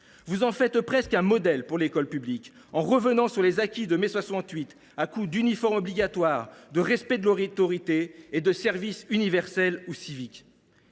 Vous en faites presque un modèle pour l’école publique, puisque vous souhaitez revenir sur les acquis de mai 68 à coups d’uniforme obligatoire, de respect de l’autorité et de service universel ou civique.